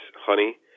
honey